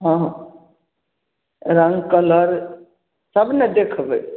हँ हँ रङ्ग कलर सब ने देखबै